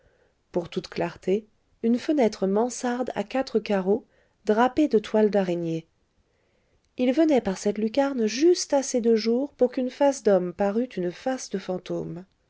pour toute clarté une fenêtre mansarde à quatre carreaux drapée de toiles d'araignée il venait par cette lucarne juste assez de jour pour qu'une face d'homme parût une face de fantôme